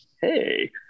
hey